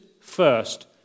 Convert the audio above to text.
first